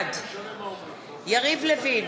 בעד יריב לוין,